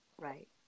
right